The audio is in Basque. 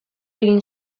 egin